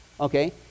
okay